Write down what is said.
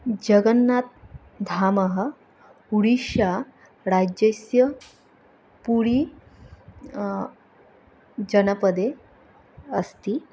जगन्नाथ्धामः उडीश्शाराज्यस्य पुरी जनपदे अस्ति